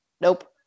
nope